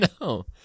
no